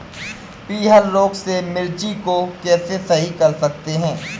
पीहर रोग से मिर्ची को कैसे सही कर सकते हैं?